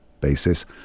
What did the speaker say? basis